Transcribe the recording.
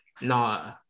no